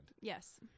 Yes